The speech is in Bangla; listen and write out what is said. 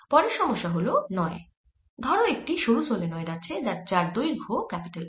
পরের সমস্যা হল 9 ধরো একটি সরু সলেনয়েড আছে যার দৈর্ঘ L